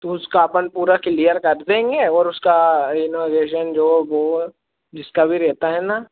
तो उसका अपन पूरा क्लियर कर देंगे और उसका एनोवेशन जो वो है जिसका भी रहता है न